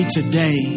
today